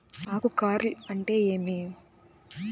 ఆకు కార్ల్ అంటే ఏమి?